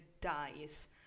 dies